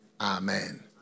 amen